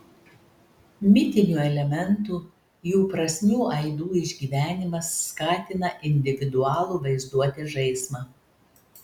mitinių elementų jų prasmių aidų išgyvenimas skatina individualų vaizduotės žaismą